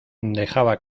dejaba